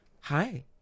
Hi